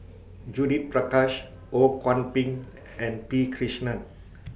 Judith Prakash Ho Kwon Ping and P Krishnan